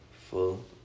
full